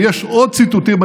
ויש עוד ציטוטים,